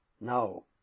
No